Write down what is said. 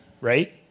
right